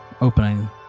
Opening